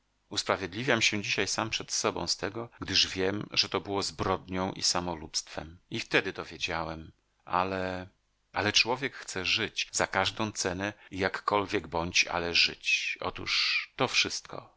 usprawiedliwiam się dzisiaj sam przed sobą z tego gdyż wiem że to było zbrodnią i samolubstwem i wtedy to wiedziałem ale ale człowiek chce żyć za każdą cenę i jakkolwiekbądź ale żyć otóż to wszystko